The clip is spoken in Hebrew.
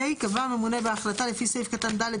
(ה) קבע הממונה בהחלט לפי סעיף קטן (ד)